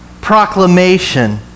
proclamation